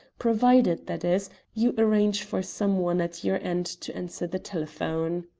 provided, that is, you arrange for someone at your end to answer the telephone.